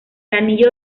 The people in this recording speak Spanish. anillo